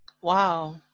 Wow